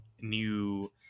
new